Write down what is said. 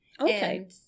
okay